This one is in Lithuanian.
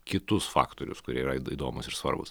kitus faktorius kurie yra įdomūs ir svarbūs